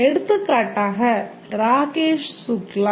எடுத்துக்காட்டாக ராகேஷ் சுக்லா